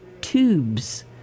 tubes